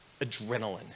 adrenaline